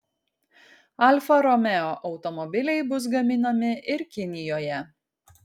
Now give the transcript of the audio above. alfa romeo automobiliai bus gaminami ir kinijoje